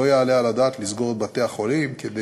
לא יעלה על הדעת לסגור את בתי-החולים כדי